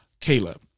Caleb